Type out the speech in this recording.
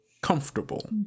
comfortable